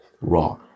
Raw